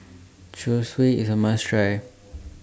Zosui IS A must Try